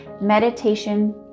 meditation